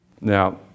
Now